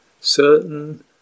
certain